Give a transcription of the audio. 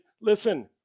listen